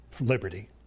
liberty